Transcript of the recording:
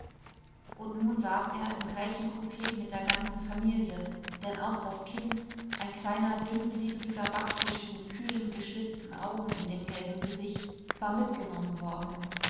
und nun saß er im gleichen coup mit der ganzen familie denn auch das kind ein kleiner dünngliederiger backfisch mit kühlen geschlitzten augen in dem gelben gesicht war mitgenommen worden